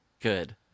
Good